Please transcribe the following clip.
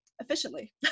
efficiently